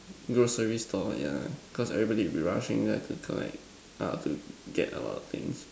groceries store yeah cause everybody will be rushing and have to collect err to get a lot of things